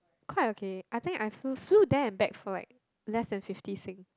quite okay I think I flew flew there and back for like less than fifty Sing